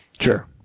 Sure